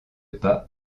pas